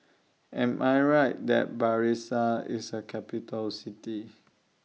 Am I Right that Brasilia IS A Capital City